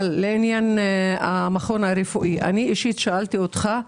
אבל לעניין המכון הרפואי, אני אישית שאלתי אותך.